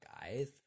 guys